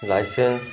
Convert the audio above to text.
licence